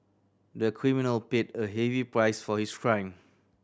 the criminal paid a heavy price for his crime